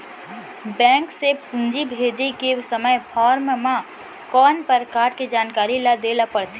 Bank से पूंजी भेजे के समय फॉर्म म कौन परकार के जानकारी ल दे ला पड़थे?